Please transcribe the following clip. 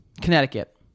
Connecticut